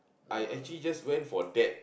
I actually just went for that